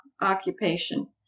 occupation